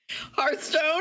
Hearthstone